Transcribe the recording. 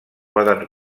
poden